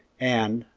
and,